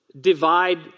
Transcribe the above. divide